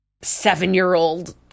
seven-year-old